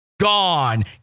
gone